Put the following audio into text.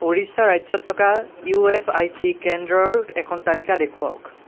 উৰিষ্যা ৰাজ্যত থকা E S I C কেন্দ্ৰৰ এখন তালিকা দেখুৱাওক